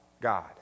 God